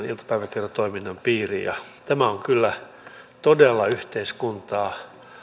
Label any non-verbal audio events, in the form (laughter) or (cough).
(unintelligible) iltapäiväkerhotoiminnan piiriin tämä on kyllä todella yhteiskuntaa